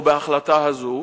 או בהחלטה הזאת,